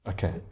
Okay